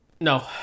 No